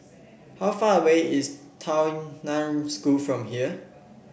how far away is Tao Nan School from here